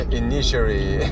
initially